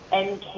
NK